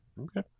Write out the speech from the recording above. okay